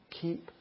keep